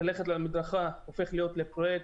ללכת על מדרכה הופך להיות פרויקט,